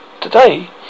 today